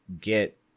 get